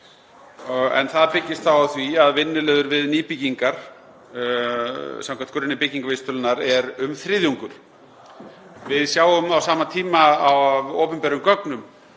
en það byggist á því að vinnuliður við nýbyggingar, samkvæmt grunni byggingarvísitölunnar, er um þriðjungur. Við sjáum á sama tíma af opinberum gögnum